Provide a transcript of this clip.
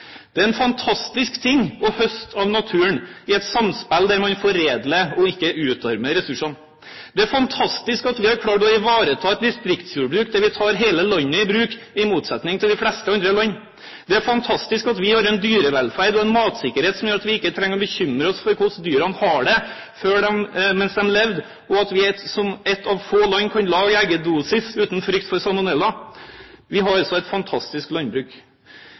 Det er en fantastisk ting å høste av naturen, i et samspill der man foredler og ikke utarmer ressurser. Det er fantastisk at vi har klart å ivareta et distriktsjordbruk der vi tar hele landet i bruk, i motsetning til de fleste andre land. Det er fantastisk at vi har en dyrevelferd og en matsikkerhet som gjør at vi ikke trenger å bekymre oss for hvordan dyrene har hatt det mens de levde, og at vi som ett av få land kan lage eggedosis uten frykt for salmonella. Vi har altså et fantastisk landbruk.